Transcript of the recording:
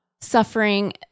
suffering